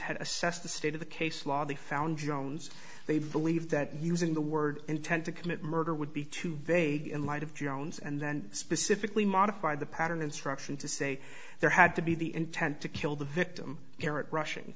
had assessed the state of the case law they found jones they believe that using the word intent to commit murder would be too vague in light of jones and then specifically modified the pattern instruction to say there had to be the intent to kill the victim